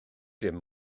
dim